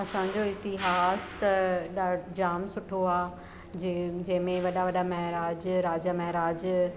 असांजो इतिहासु त ॾा जाम सुठो आहे जे जंहिंमें वॾा वॾा महाराज राजा महाराज